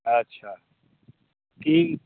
अच्छा ठीक छै